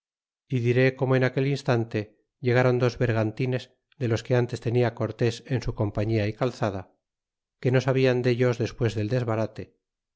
é diré como en aquel instante llegaron dos bergantines de los que antes tenia cortes en su compailla y calzada que no sabian dellos despues del desbarate